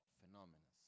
phenomena